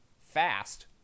fast